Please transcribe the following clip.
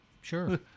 Sure